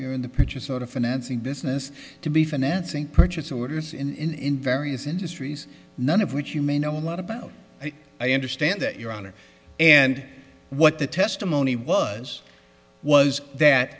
you're in the purchase sort of financing business to be financing purchase orders in various industries none of which you may know a lot about and i understand that your honor and what the testimony was was that